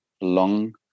long